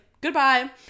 goodbye